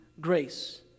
grace